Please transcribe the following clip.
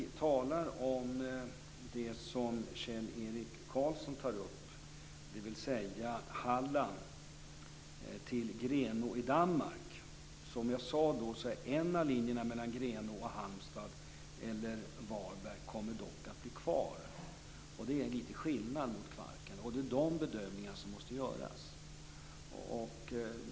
Kjell-Erik Karlsson tog upp linjen mellan Halland och Grenå i Danmark. Som jag sade kommer en av linjerna Grenå-Halmstad eller Grenå-Varberg att bli kvar, och det är lite skillnad mot hur det är i Kvarken. Det är de bedömningarna som måste göras.